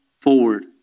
forward